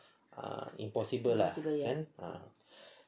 ah impossible ah kan ah